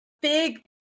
big